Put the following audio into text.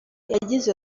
yagize